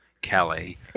kelly